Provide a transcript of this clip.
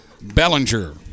Bellinger